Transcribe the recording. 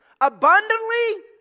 abundantly